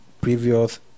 previous